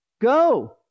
Go